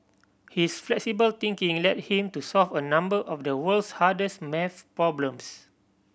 his flexible thinking led him to solve a number of the world's hardest maths problems